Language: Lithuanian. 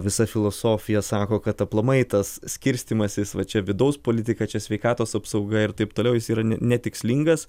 visa filosofija sako kad aplamai tas skirstymasis va čia vidaus politika čia sveikatos apsauga ir taip toliau jis yra ne netikslingas